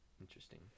Interesting